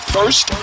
First